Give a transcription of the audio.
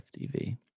FTV